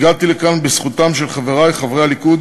הגעתי לכאן בזכותם של חברי חברי הליכוד